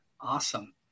Awesome